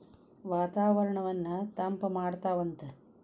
ವಾತಾವರಣನ್ನ ತಂಪ ಇಡತಾವಂತ